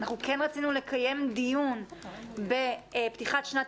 אנחנו כן רצינו לקיים דיון בפתיחת שנת